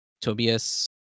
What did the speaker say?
Tobias